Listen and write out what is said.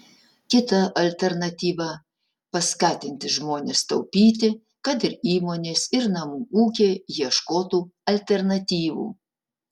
kita alternatyva paskatinti žmones taupyti kad ir įmonės ir namų ūkiai ieškotų alternatyvų